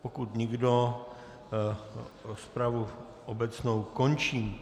Pokud nikdo, rozpravu obecnou končím.